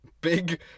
Big